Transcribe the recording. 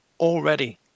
already